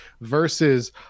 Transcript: versus